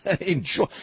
Enjoy